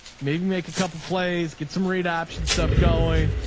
maybe make a couple plays, get some rate options, stuff going,